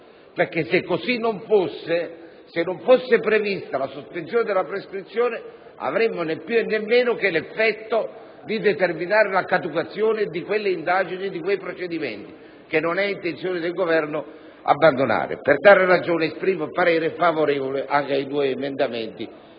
Se così non fosse, ossia se non fosse prevista la sospensione della prescrizione, avremo né più né meno l'effetto di determinare la caducazione di quelle indagini e di quei procedimenti che il Governo non intende abbandonare. Per tale ragione, esprimo parere favorevole sui due emendamenti